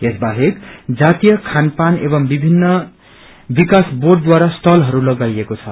यस बाहेक जातीय खान पान एव विभिन्न विकाश बोर्डद्वारा स्टालहरू लगाइएको छ